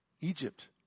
Egypt